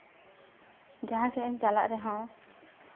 ᱡᱟᱦᱟᱸ ᱥᱮᱫ ᱮᱢ ᱪᱟᱞᱟᱜ ᱨᱮᱦᱚᱸ